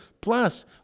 plus